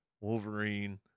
Wolverine